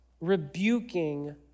rebuking